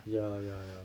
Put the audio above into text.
ya ya ya